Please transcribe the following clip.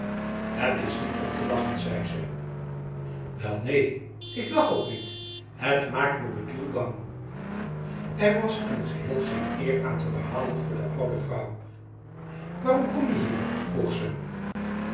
het is niet om te lachen zei ze wel neen ik lach ook niet het maakt me betoel bang er was in t geheel geen eer aan te behalen voor de oude vrouw waarom kom je hier vroeg ze